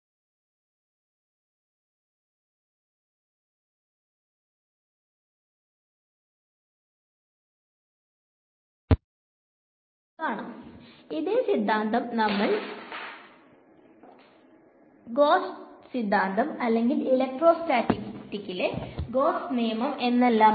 പല ബുക്കുകളിലും നമുക്ക് ഇതിനു പല പേരുകൾ കാണാം ഇതേ സിദ്ധാന്തം നമ്മൾ ഗോസ്സ് സിദ്ധാന്തം അല്ലെങ്കിൽ ഇലക്ട്രോ സ്റ്റാറ്റിക്കിലെ ഗോസ്സ് നിയമം എന്നെല്ലാം